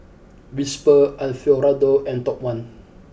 Whisper Alfio Raldo and Top One